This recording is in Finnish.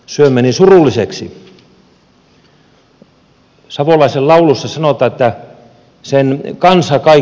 savolaisen laulussa sanotaan että sen kansa kaikki kärsi